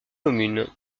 commune